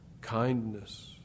kindness